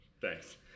Thanks